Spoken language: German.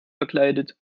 verkleidet